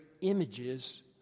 images